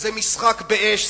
זה משחק באש,